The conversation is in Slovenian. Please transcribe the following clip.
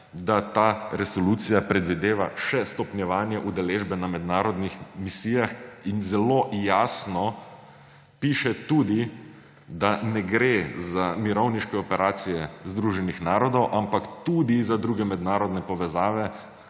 da ta resolucija predvideva še stopnjevanje udeležbe na mednarodnih misijah in zelo jasno piše tudi, da ne gre za mirovniške operacije Združenih narodov, ampak tudi za druge mednarodne povezave,